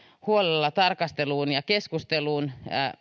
huolella tarkasteluun ja keskusteluun